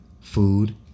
food